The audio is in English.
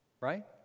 right